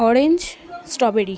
orange strawberry